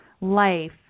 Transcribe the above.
life